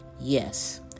Yes